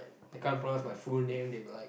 they can't pronounce my full name they be like